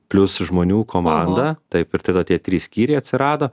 plius žmonių komandą taip ir tada tie trys skyriai atsirado